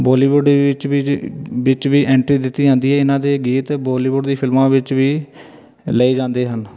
Bollywood ਵਿੱਚ ਵੀ ਵਿੱਚ ਵੀ ਜਿ ਐਂਟਰੀ ਦਿੱਤੀ ਜਾਂਦੀ ਹੈ ਇਹਨਾਂ ਦੇ ਗੀਤ ਬੋਲੀਵੁੱਡ ਦੀ ਫਿਲਮਾਂ ਵਿੱਚ ਵੀ ਲਏ ਜਾਂਦੇ ਹਨ